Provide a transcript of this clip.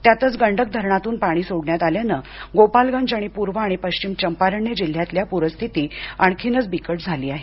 त्यातच गंडक धरणातून पाणी सोडण्यात आल्यामुळे गोपालगंज आणि पूर्व आणि पश्चिम चम्पारण जिल्ह्यातील पूरस्थिती आणखीनच बिकट झाली आहे